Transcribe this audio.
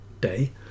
day